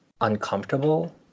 uncomfortable